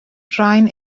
rhain